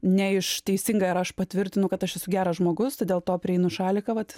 ne iš teisinga ir aš patvirtinu kad aš esu geras žmogus tai dėl to prieinu šaliką vat